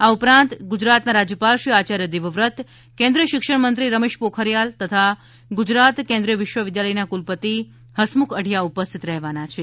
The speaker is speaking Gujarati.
આ ઉપરાંત ગુજરાતનાં રાજ્યપાલશ્રી આયાર્ય દેવવ્રત કેન્દ્રીય શિક્ષણમંત્રીશ્રી રમેશ પોખરીયાલ તથા ગુજરાત કેન્દ્રીય વિશ્વવિધાલયનાં કુલપતિ હસમુખ અઢિયા ઉપસ્થિત રહેવાના છે